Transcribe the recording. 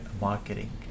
marketing